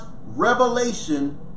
revelation